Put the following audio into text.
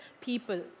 people